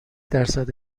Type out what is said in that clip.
درصد